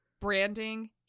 branding